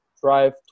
drive